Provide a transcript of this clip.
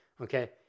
Okay